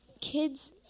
kids